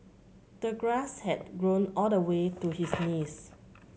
the grass had grown all the way to his knees